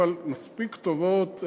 אבל מספיק טובות.